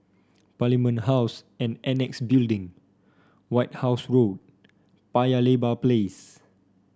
Parliament House and Annexe Building White House Road Paya Lebar Place